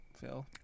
phil